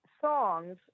songs